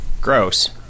Gross